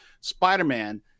Spider-Man